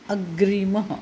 अग्रिमः